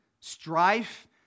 strife